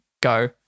go